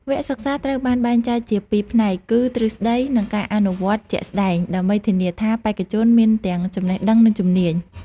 វគ្គសិក្សាត្រូវបានបែងចែកជាពីរផ្នែក គឺទ្រឹស្តី និងការអនុវត្តជាក់ស្តែង ដើម្បីធានាថាបេក្ខជនមានទាំងចំណេះដឹង និងជំនាញ។